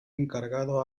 encargado